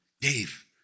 Dave